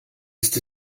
ist